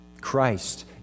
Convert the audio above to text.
Christ